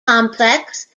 complex